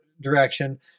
direction